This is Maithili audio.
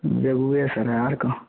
बेगुयेसराय आर कहाँ